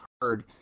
heard